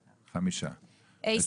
5. הצבעה לא אושר ההסתייגות נפלה.